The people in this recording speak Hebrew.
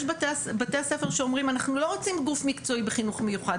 יש בתי ספר שאומרים אנחנו לא רוצים גוף מקצועי בחינוך מיוחד,